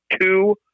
Two